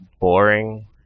boring